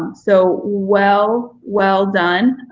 so well, well done.